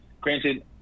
granted